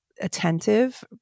attentive